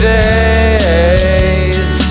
days